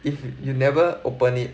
if you never open it